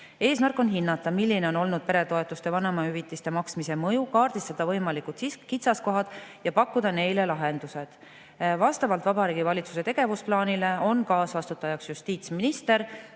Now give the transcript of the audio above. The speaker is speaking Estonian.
Eesmärk on hinnata, milline on olnud peretoetuste ja vanemahüvitiste maksmise mõju, kaardistada võimalikud kitsaskohad ja pakkuda neile lahendused. Vastavalt Vabariigi Valitsuse tegevusplaanile on kaasvastutajaks justiitsminister